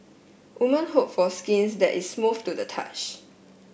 woman hope for skins that is to the touch